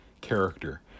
character